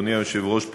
אדוני היושב-ראש,